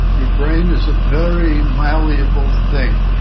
your brain is a very malleable thing,